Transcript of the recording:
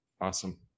Awesome